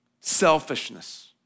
selfishness